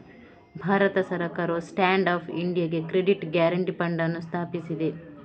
ಭಾರತ ಸರ್ಕಾರವು stand up ಇಂಡಿಯಾಗೆ credit guarantee fund ಅನ್ನು ಸ್ಥಾಪಿಸಿದೆ